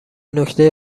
نکته